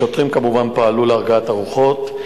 השוטרים, כמובן, פעלו להרגעת הרוחות,